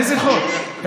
איזה חוק?